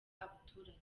abaturage